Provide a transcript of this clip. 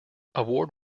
award